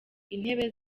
intebe